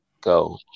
go